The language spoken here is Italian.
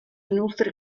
inoltre